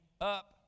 up